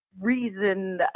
reason